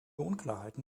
unklarheiten